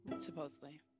Supposedly